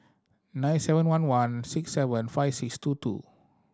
nine seven one one six seven five six two two